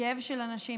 מכאב של אנשים,